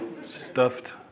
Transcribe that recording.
stuffed